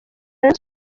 rayon